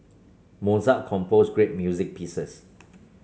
Mozart composed great music pieces